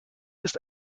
ist